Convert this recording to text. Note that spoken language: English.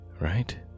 right